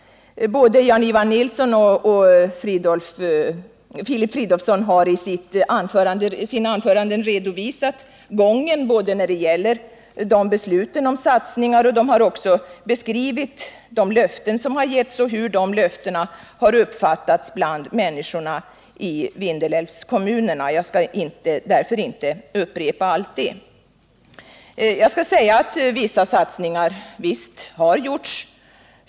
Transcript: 103 Både Jan-Ivan Nilsson och Filip Fridolfsson hari sina anföranden redovisat ärendenas gång när det gäller besluten om satsningar. De har också beskrivit de löften som givits och hur dessa löften uppfattats av människorna i Vindelälvskommunerna. Jag skall därför inte upprepa allt det. Jag vill säga att vissa satsningar har gjorts.